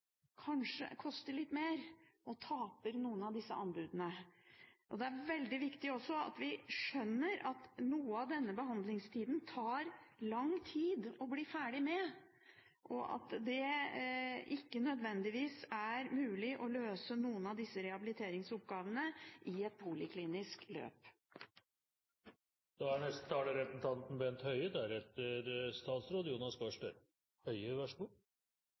kanskje koster litt mer, taper noen av disse anbudene. Det er også veldig viktig at vi skjønner at det tar lang tid å bli ferdig med noe av denne behandlingen, og at det ikke nødvendigvis er mulig å løse noen av disse rehabiliteringsoppgavene i et poliklinisk løp. Jeg vil bare si at jeg stort sett slutter meg til alt det den forrige representanten sa, men at jeg ikke er